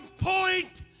point